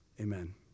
Amen